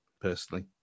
personally